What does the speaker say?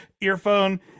earphone